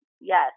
Yes